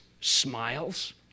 smiles